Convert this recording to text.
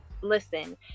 listen